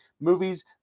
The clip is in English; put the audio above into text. movies